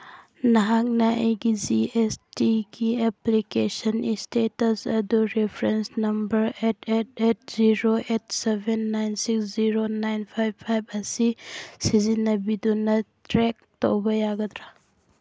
ꯅꯍꯥꯛꯅ ꯑꯩꯒꯤ G S ꯇꯤꯒꯤ ꯑꯦꯄ꯭ꯂꯤꯀꯦꯁꯟ ꯏꯁꯇꯦꯇꯁ ꯑꯗꯨ reference number eight eight eight zero eight seven nine six zero nine five five ꯑꯁꯤ ꯁꯤꯖꯤꯟꯅꯕꯤꯗꯨꯅ ꯇ꯭ꯔꯦꯛ ꯇꯧꯕ ꯌꯥꯒꯗ꯭ꯔꯥ